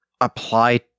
apply